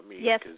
yes